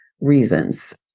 reasons